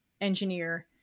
engineer